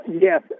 yes